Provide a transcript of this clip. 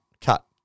Cut